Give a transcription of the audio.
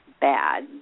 bad